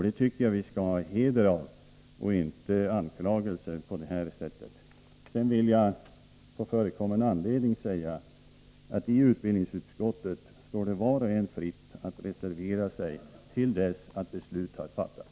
Det tycker jag vi skall ha heder av och inte anklagelser av det här slaget. Sedan vill jag på förekommen anledning säga att i utbildningsutskottet står det var och en fritt att reservera sig mot varje beslut som fattas.